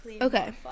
Okay